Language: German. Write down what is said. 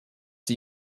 die